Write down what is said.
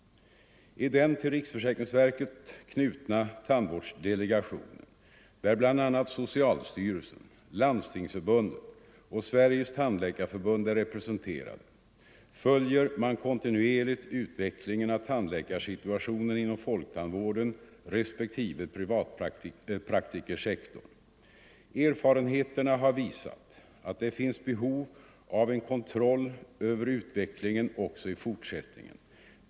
I den till riksförsäkringsverket knutna tandvårdsdelegationen, där bl.a. socialstyrelsen, Landstingsförbundet och Sveriges tandläkarförbund är representerade, följer man kontinuerligt utvecklingen av tandläkarsituationen inom folktandvården respektive privatpraktikersektorn. Erfarenheterna har visat att det finns behov av en kontroll över utvecklingen också i fortsättningen.